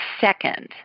second